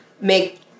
make